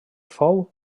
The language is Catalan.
fou